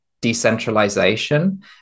decentralization